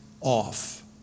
off